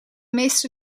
meeste